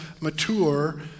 mature